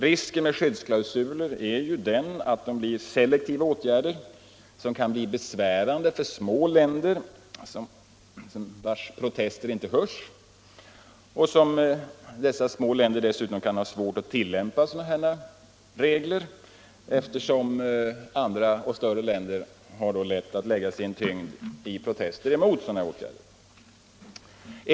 Risken med skyddsklausuler är att de blir selektiva åtgärder som kan vara besvärande för små länder, vilkas protester inte hörs och vilka får svårt att själva tillämpa sådana regler, eftersom andra, större länder kan lägga tyngd bakom sina protester mot sådana åtgärder.